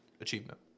achievement